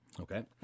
Okay